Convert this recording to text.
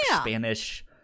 Spanish